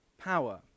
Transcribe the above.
power